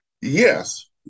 Yes